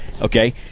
Okay